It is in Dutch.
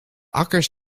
akkers